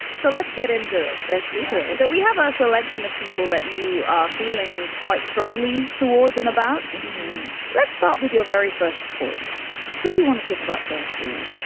so let's get into it. let's do it so we have ah a selection of people that you are feeling quite strongly towards and about let's start with your very first choice who do you want to talk about first dream